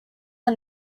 are